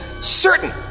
certain